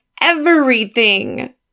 Everything